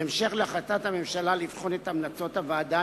בהמשך להחלטת הממשלה לבחון את המלצות הוועדה,